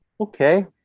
okay